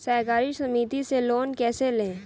सहकारी समिति से लोन कैसे लें?